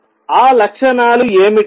ఆ లక్షణాలు ఏమిటి